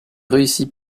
réussit